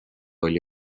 oli